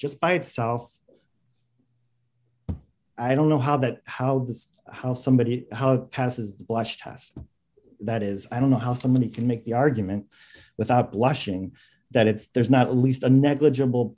just by itself i don't know how that how the how somebody passes the blush test that is i don't know how somebody can make the argument without blushing that it's there's not a least a negligible